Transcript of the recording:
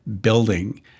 building